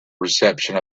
reception